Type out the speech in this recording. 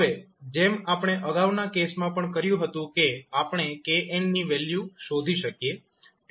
હવે જેમ આપણે અગાઉના કેસમાં પણ કર્યું હતું આપણે 𝑘𝑛 ની વેલ્યુ શોધી શકીએ